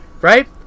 Right